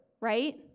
right